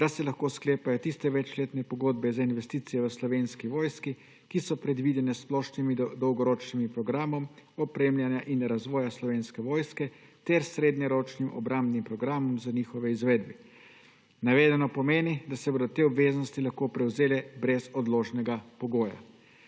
da se lahko sklepajo tiste večletne pogodbe za investicije v Slovenski vojski, ki so predvidene s Splošnim dolgoročnim programom razvoja in opremljanja Slovenske vojske ter srednjeročnim obrambnim programom za njegovo izvedbo. Navedeno pomeni, da se bodo te obveznosti lahko prevzele brez odložnega pogoja.